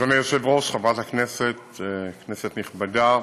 אדוני היושב-ראש, כנסת נכבדה,